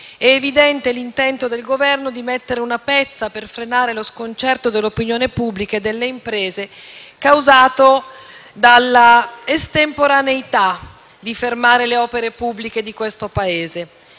È evidente l'intento del Governo di mettere una pezza per frenare lo sconcerto dell'opinione pubblica e delle imprese causato dall'estemporaneità di fermare le opere pubbliche del Paese.